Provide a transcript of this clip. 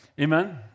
Amen